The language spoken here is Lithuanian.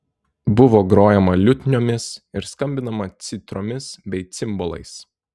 buvo grojama liutniomis ir skambinama citromis bei cimbolais